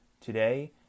Today